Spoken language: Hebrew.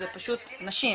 זה פשוט נשים.